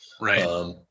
right